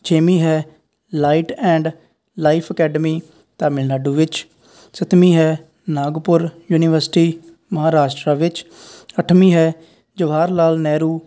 ਛੇਵੀਂ ਹੈ light and life academy Tamil Nadu ਵਿੱਚ ਸੱਤਵੀਂ ਹੈ ਨਾਗਪੁਰ ਯੂਨੀਵਰਸਿਟੀ ਮਹਾਰਾਸ਼ਟਰਾ ਵਿੱਚ ਅੱਠਵੀਂ ਹੈ ਜਵਾਹਰ ਲਾਲ ਨਹਿਰੂ